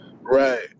Right